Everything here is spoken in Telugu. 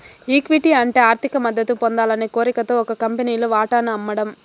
ఈక్విటీ అంటే ఆర్థిక మద్దతు పొందాలనే కోరికతో ఒక కంపెనీలు వాటాను అమ్మడం